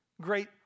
Great